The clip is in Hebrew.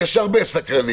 יש הרבה סקרנים,